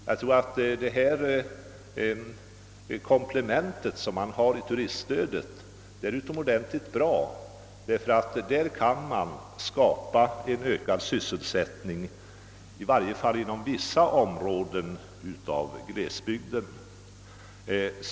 Jag tror att det komplement som man har i stödet åt turistnäringen är utomordentligt värdefullt, ty därigenom kan man skapa ökade sysselsättningsmöjligheter, i varje fall inom vissa delar av glesbygden.